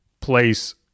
place